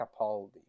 Capaldi